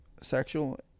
sexual